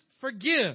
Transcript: forgive